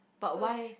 but why